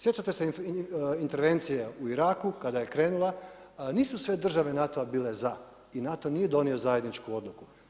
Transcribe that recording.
Sjećate se intervencije u Iraku, kada je krenula, nisu sve države NATO-a bilo za, jer NATO nije donio zajedničku odluku.